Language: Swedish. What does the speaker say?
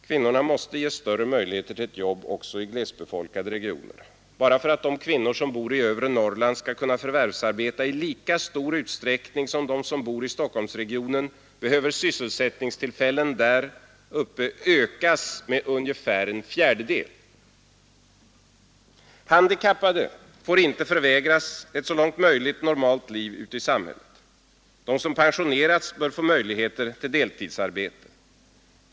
Kvinnorna måste ges större möjligheter till ett jobb också i glesbefol kade regioner. Bara för att de kvinnor som bor i övre Norrland skall kunna förvärvsarbeta i lika stor utsträckning som de som bor i Stockholmsregionen, behöver sysselsättningstillfällena där uppe ökas med ungefär en fjärdedel. Handikappade får inte förvägras ett så långt möjligt normalt liv ute i samhället. De som pensionerats bör få möjligheter till deltidsarbete.